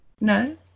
No